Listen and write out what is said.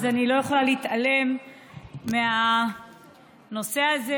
אני לא יכולה להתעלם מהנושא הזה,